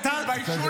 תתביישו לכם.